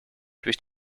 durch